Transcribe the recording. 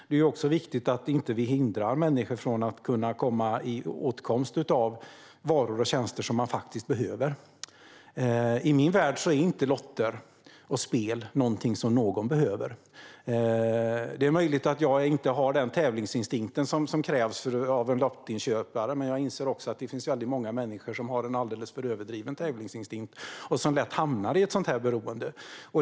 Det är också viktigt att vi inte hindrar människor från att kunna komma åt varor och tjänster som de faktiskt behöver. I min värld är inte lotter och spel någonting som någon behöver. Det är möjligt att jag inte har den tävlingsinstinkt som krävs av en lottköpare. Men jag inser att det finns väldigt många människor som har en alldeles för överdriven tävlingsinstinkt och lätt hamnar i ett sådant beroende.